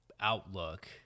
outlook